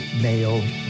male